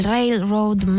Railroad